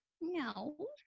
no